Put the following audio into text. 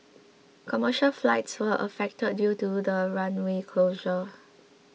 commercial flights were affected due to the runway closure